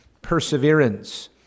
perseverance